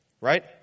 right